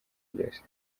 ryose